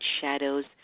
shadows